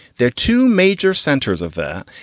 there are two major centers of that.